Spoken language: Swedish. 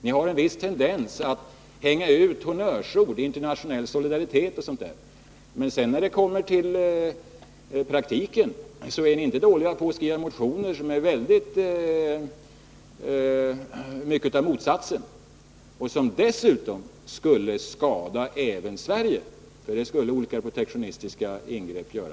Ni har en viss tendens att hänga ut honnörsord om internationell solidaritet o. d. Men när det sedan kommer till kritan är ni inte dåliga på att skriva motioner, som innehåller mycket av motsatsen — och som dessutom skulle skada även Sverige. Det skulle nämligen olika protektionistiska ingrepp göra.